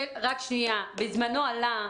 בזמנו עלה,